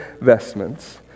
vestments